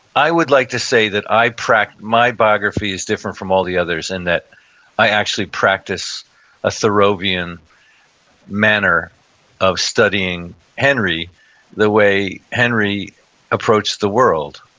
i would like to say that i, my biography is different from all the others in that i actually practice a thoreauvian manner of studying henry the way henry approached the world.